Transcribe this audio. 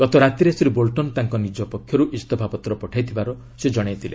ଗତ ରାତିରେ ଶ୍ରୀ ବୋଲ୍ଟନ୍ ତାଙ୍କ ନିଜ ପକ୍ଷର୍ ଇସ୍ତଫା ପତ୍ର ପଠାଇଥିବାର ସେ ଜଣାଇଛନ୍ତି